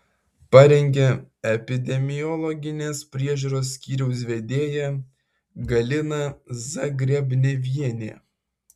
parengė epidemiologinės priežiūros skyriaus vedėja galina zagrebnevienė